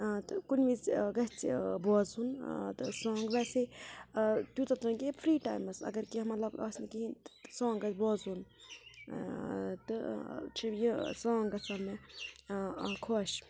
تہٕ کُنہِ وِزِ گَژھِ بوزُن تہٕ سانٛگ ویسے تیوٗتاہ تہٕ نہٕ کینٛہہ فرٛی ٹایمَس اگر کینٛہہ مطلب آسہِ نہٕ کِہیٖنۍ سانٛگ گَژھِ بوزُن تہٕ چھِ یہِ سانٛگ گژھان مےٚ خۄش